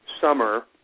summer